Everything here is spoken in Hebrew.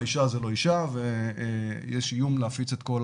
האישה זה לא אישה ויש איום להפיץ את כל